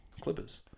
Clippers